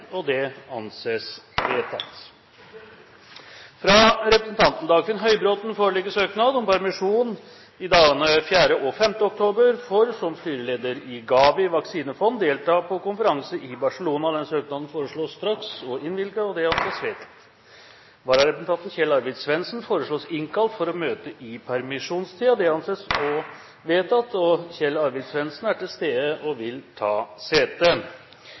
– Det anses vedtatt. Fra representanten Dagfinn Høybråten foreligger søknad om permisjon i dagene 4. og 5. oktober for som styreleder i GAVI vaksinefond å delta på konferanse i Barcelona. Denne søknaden foreslås behandlet straks og innvilget. – Det anses vedtatt. Vararepresentanten, Kjell Arvid Svendsen, foreslås innkalt for å møte i permisjonstiden. – Det anses vedtatt. Kjell Arvid Svendsen er til stede og vil ta sete.